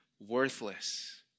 worthless